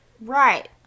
Right